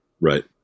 Right